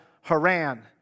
Haran